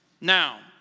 now